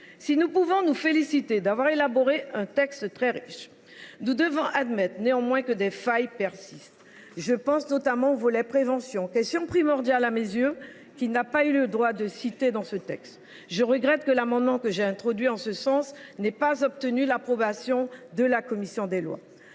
Si nous pouvons nous féliciter d’avoir élaboré un texte très riche, nous devons admettre que des failles persistent. Je pense notamment à la prévention, volet pourtant primordial à mes yeux, qui n’a pas eu droit de cité dans cette proposition de loi. Je regrette que l’amendement que j’ai introduit à cet égard n’ait pas obtenu l’approbation de la commission des lois.